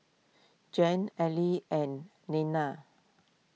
Jan Ally and Leaner